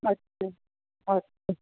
अच्छा अच्छा